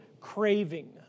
craving